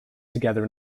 together